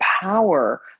power